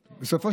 שלו.